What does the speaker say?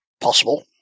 Possible